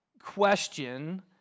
question